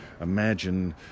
imagine